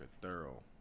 thorough